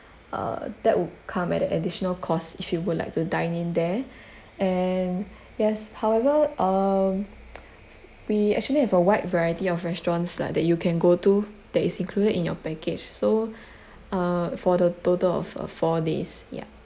uh that would come at an additional cost if you would like to dine in there and yes however um we actually have a wide variety of restaurants lah that you can go to that is included in your package so uh for the total of a four days yeah